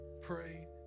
Pray